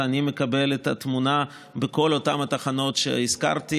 ואני מקבל את התמונה בכל אותן התחנות שהזכרתי.